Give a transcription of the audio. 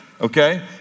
okay